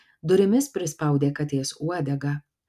durimis prispaudė katės uodegą